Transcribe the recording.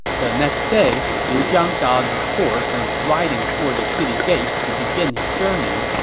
the next day, liu zhang got on his horse and was riding toward the city gates to begin his journey,